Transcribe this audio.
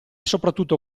soprattutto